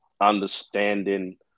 understanding